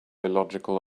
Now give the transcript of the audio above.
illogical